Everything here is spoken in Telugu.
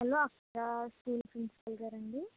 హలో అక్షర స్కూల్ ప్రిన్సిపల్ గారా అండి